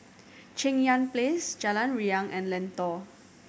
Cheng Yan Place Jalan Riang and Lentor